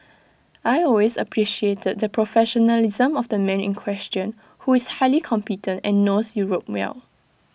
I always appreciated the professionalism of the man in question who is highly competent and knows Europe well